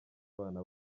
abana